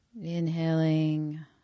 inhaling